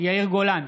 יאיר גולן,